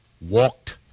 walked